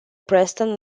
preston